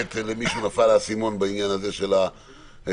שלמישהו נפל האסימון בעניין של חלופות